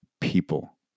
people